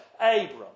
Abraham